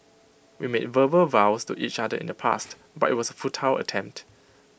we made verbal vows to each other in the past but IT was A futile attempt